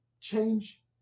change